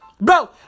Bro